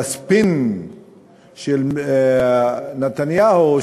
אלא ספין של נתניהו,